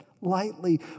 lightly